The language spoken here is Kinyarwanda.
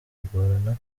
kugorana